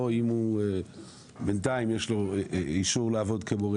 או אם הוא בינתיים יש לו אישור לעבוד כמורה